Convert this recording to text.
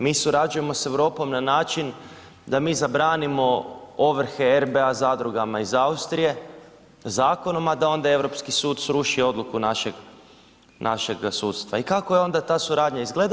Mi surađujemo s Europom na način da mi zabranimo ovrhe RBA zadrugama iz Austrije zakonom, a da onda Europski sud sruši odluku našeg sudstva i kako onda ta suradnja izgleda?